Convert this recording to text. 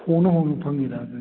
ꯍꯣꯡꯅ ꯍꯣꯡꯅ ꯐꯪꯉꯤꯗ ꯑꯗꯨꯗꯤ